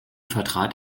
vertrat